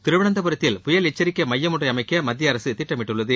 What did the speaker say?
திருவனந்தபுரத்தில் புயல் எச்சரிக்கை னமயம் ஒன்றை அமைக்க மத்திய அரசு திட்டமிட்டுள்ளது